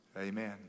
Amen